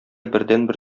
бердәнбер